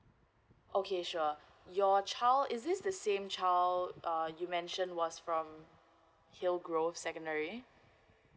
okay sure your child is this the same child uh you mentioned was from hilgrove secondary